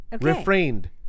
refrained